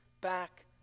back